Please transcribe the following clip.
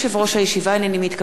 הנני מתכבדת להודיעכם,